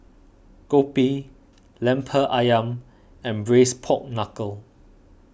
Kopi Lemper Ayam and Braised Pork Knuckle